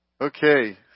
okay